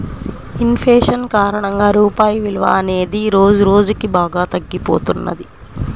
in fashion కారణంగా రూపాయి విలువ అనేది రోజురోజుకీ బాగా తగ్గిపోతున్నది